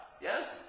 Yes